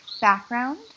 background